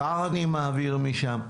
את השכר אני מעביר משם,